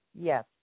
Yes